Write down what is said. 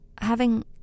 Having